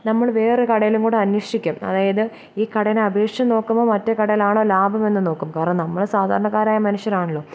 നമ്മൾ വേറെ കടയിലും കൂടെ അന്വേഷിക്കും അതായത് ഈ കടയെ അപേക്ഷിച്ച് നോക്കുമ്പം മറ്റേ കടയിലാണോ ലാഭമെന്ന് നോക്കും കാരണം നമ്മൾ സാധാരണക്കാരായ മനുഷ്യരാണല്ലോ